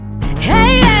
hey